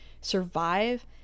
survive